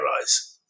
eyes